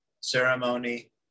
ceremony